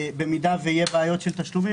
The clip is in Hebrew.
אם יהיו בעיות של תשלומים,